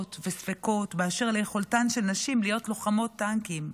וספקות באשר ליכולתן של נשים להיות לוחמות טנקים: